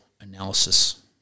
analysis